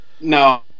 No